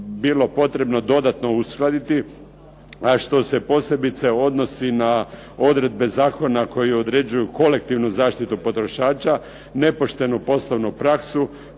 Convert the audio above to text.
bilo potrebno dodatno uskladiti a što se posebice odnosi na odredbe zakona koji određuju kolektivnu zaštitu potrošača, nepoštenu poslovnu praksu,